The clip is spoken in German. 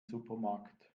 supermarkt